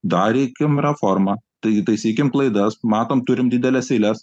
darykim reformą taigi taisykim klaidas matom turim dideles eiles